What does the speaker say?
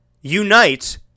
Unite